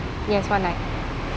yes one night